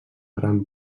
gran